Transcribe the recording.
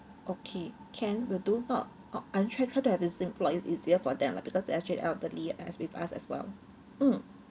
okay can will do orh orh I'm try ~ fer to have the same floor it's easier for them lah because especially the elderly are with us as well mm